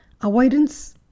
Avoidance